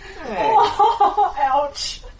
ouch